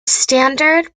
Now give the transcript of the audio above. standard